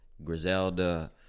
Griselda